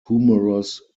humorous